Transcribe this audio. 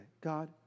God